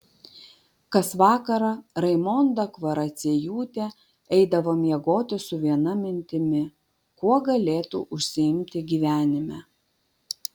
kas vakarą raimonda kvaraciejūtė eidavo miegoti su viena mintimi kuo galėtų užsiimti gyvenime